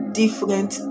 different